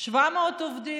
700 עובדים.